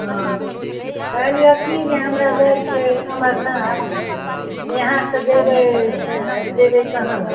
हँ कहलिऐ कि जे हमरा जाए के छै अमरनाथ इहाँ से जैबे एहाँ से जयबै कहाँ